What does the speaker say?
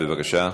בבקשה.